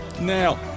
now